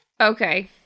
Okay